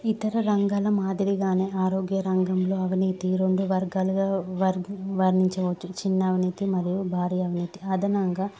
ఇతర రంగాల మాదిరిగానే ఆరోగ్య రంగంలో అవినీతి రెండు వర్గాలుగా వర్ణించవచ్చు చిన్న అవినీతి మరియు భారీ అవినీతి అదనంగా